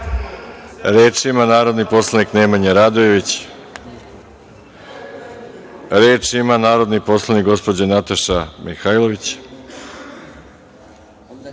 Reč ima narodni poslanik Nemanja Radojević. Reč ima narodni poslanik Nataša Mihailović